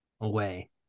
away